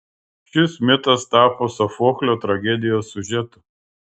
šis mitas tapo sofoklio tragedijos siužetu